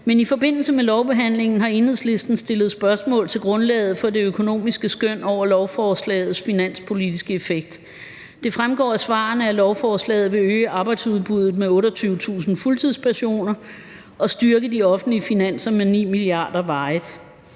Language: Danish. men i forbindelse med lovbehandlingen har Enhedslisten stillet spørgsmål til grundlaget for det økonomiske skøn over lovforslagets finanspolitiske effekt. Det fremgår af svarene, at lovforslaget vil øge arbejdsudbuddet med 28.000 fuldtidspersoner og styrke de offentlige finanser med 9 mia. kr. varigt.